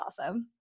awesome